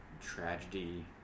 tragedy